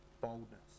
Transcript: boldness